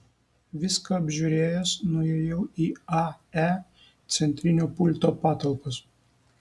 viską apžiūrėjęs nuėjau į ae centrinio pulto patalpas